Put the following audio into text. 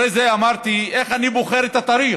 אחרי זה אמרתי: איך אני בוחר את התאריך?